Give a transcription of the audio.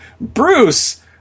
Bruce